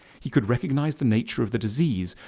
he could recognise the nature of the disease,